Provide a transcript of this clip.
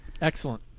Excellent